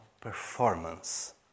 performance